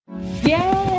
Yay